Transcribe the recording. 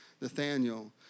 Nathaniel